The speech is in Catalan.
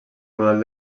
model